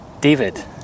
david